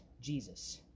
Jesus